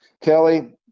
Kelly